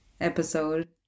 episode